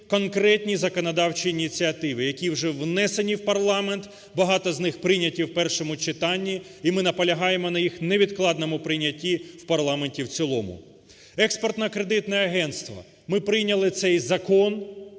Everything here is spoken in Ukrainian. конкретні законодавчі ініціативи, які вже внесені в парламент, багато з них прийняті в першому читанні, і ми наполягаємо на їх невідкладному прийнятті в парламенті в цілому. Експортно-кредитне агентство. Ми прийняли цей закон,